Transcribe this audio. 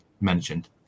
mentioned